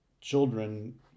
children